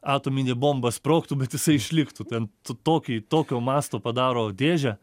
atominė bomba sprogtų bet jisai išliktų ten tokį tokio masto padaro dėžę